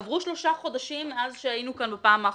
עברו שלושה חודשים מאז שהיינו כאן בפעם האחרונה.